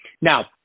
Now